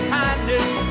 kindness